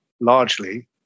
largely